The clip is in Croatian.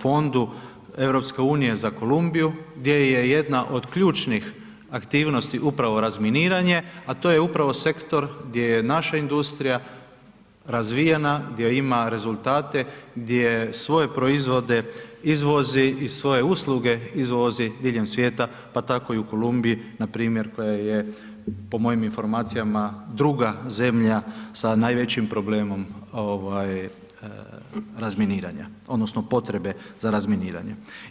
fondu EU-a za Kolumbiju gdje je jedna od ključnih aktivnosti upravo razminiranje a to je upravo sektor gdje je naša industrija razvijena, gdje ima rezultate gdje svoje proizvode izvozi i svoje usluge izvozi diljem svijeta pa tako i u Kolumbiji npr. koja je po mojim informacijama, druga zemlja sa najvećim problemom razminiranja odnosno potrebe za razminiranjem.